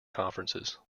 conferences